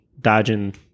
dodging